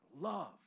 love